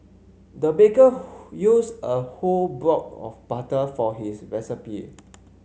the baker who used a whole block of butter for his recipe